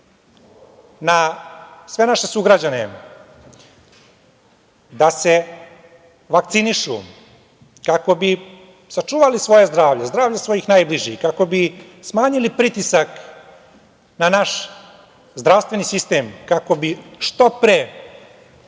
na sve naše sugrađane da se vakcinišu kako bi sačuvali svoje zdravlje, zdravlje svojih najbližih, kako bi smanjili pritisak na naš zdravstveni sistem, kako bi što pre